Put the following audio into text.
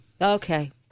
okay